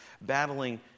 battling